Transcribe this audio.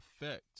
effect